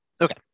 Okay